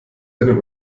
einen